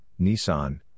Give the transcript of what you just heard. Nissan